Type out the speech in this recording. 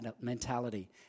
mentality